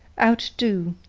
outdo,